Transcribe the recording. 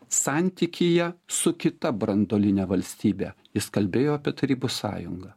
santykyje su kita branduoline valstybe jis kalbėjo apie tarybų sąjungą